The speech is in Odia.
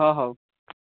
ହଁ ହେଉ